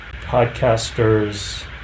podcasters